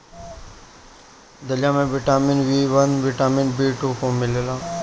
दलिया में vitamin B one, vitamin B two खूब मिलेला